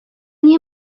nie